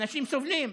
אנשים סובלים,